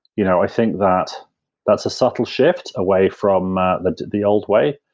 you know i think that that's a subtle shift away from ah the the old way,